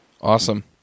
Awesome